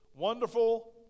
Wonderful